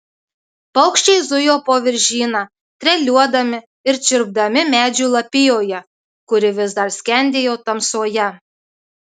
paukščiai zujo po viržyną treliuodami ir čirpdami medžių lapijoje kuri vis dar skendėjo tamsoje